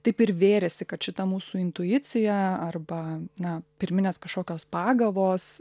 taip ir vėrėsi kad šita mūsų intuicija arba na pirminės kažkokios pagavos